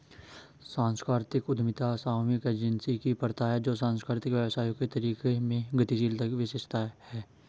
सांस्कृतिक उद्यमिता सामूहिक एजेंसी की प्रथा है जो सांस्कृतिक व्यवसायों के तरीकों में गतिशीलता की विशेषता है